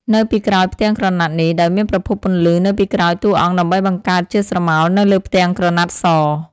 នៅពីក្រោយផ្ទាំងក្រណាត់នេះ ដោយមានប្រភពពន្លឺនៅពីក្រោយតួអង្គដើម្បីបង្កើតជាស្រមោលនៅលើផ្ទាំងក្រណាត់ស។